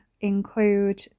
include